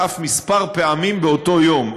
ואף כמה פעמים באותו יום,